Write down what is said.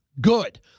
Good